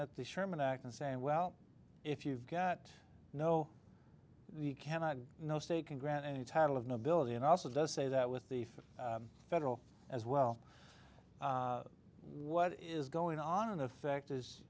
at the sherman act and saying well if you've got no you cannot no state can grant any title of nobility and also does say that with the fifth federal as well what is going on in effect is